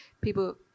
people